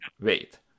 wait